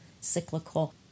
cyclical